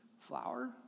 flower